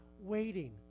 waiting